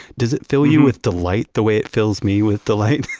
does it fill you with delight the way it fills me with delight?